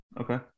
Okay